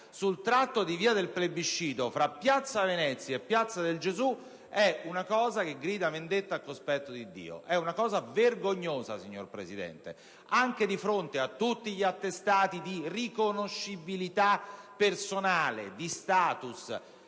sul tratto di via del Plebiscito tra piazza Venezia e piazza del Gesù è una cosa che grida vendetta al cospetto di Dio. È una cosa vergognosa, signor Presidente, anche considerando tutti gli attestati di riconoscibilità personale o di *status*